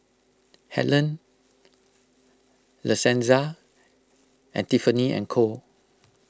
Helen La Senza and Tiffany and Co